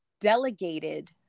delegated